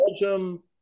Belgium